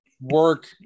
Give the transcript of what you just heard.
work